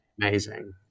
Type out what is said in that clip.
amazing